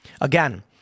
Again